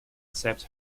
accepts